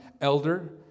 elder